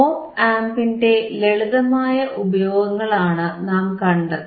op ആംപിന്റെ ലളിതമായ ഉപയോഗങ്ങളാണ് നാം കണ്ടത്